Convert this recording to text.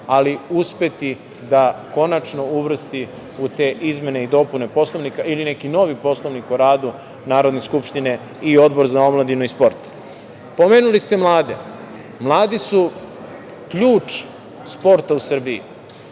ali uspeti da konačno uvrsti u te izmene i dopune Poslovnika ili neki novi Poslovnik o radu Narodne skupštine i odbor za omladinu i sport. Pomenuli ste mlade. Mladi su ključ sporta u Srbiji.